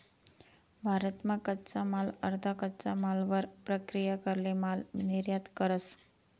भारत मा कच्चा माल अर्धा कच्चा मालवर प्रक्रिया करेल माल निर्यात करस